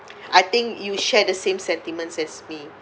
I think you share the same sentiments as me